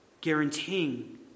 guaranteeing